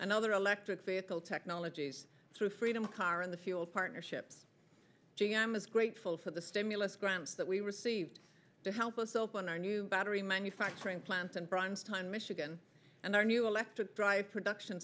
and other electric vehicle technologies through freedom car and the fuel partnerships g m is grateful for the stimulus grants that we received to help us open our new battery manufacturing plants and bronstein michigan and our new electric drive production